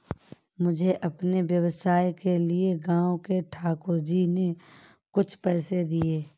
मुझे अपने व्यवसाय के लिए गांव के ठाकुर जी ने कुछ पैसे दिए हैं